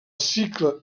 cicle